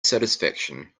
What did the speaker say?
satisfaction